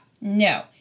no